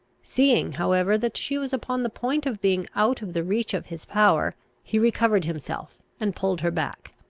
seeing, however, that she was upon the point of being out of the reach of his power, he recovered himself and pulled her back.